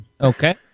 Okay